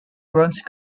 bronze